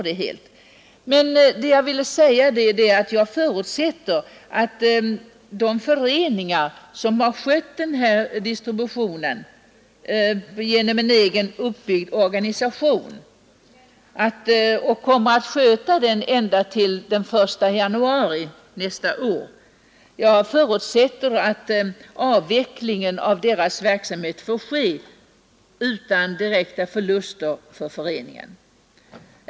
Det finns föreningar som har skött distributionen genom en egen uppbyggd organisation och kommer att sköta den ända till den 1 januari nästa år. Jag förutsätter att avvecklingen av deras verksamhet får ske utan direkta förluster för föreningarna.